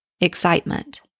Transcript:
excitement